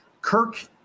Kirk